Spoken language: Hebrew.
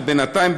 ובינתיים,